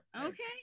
okay